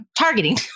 targeting